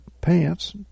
pants